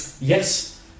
yes